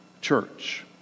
church